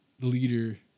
leader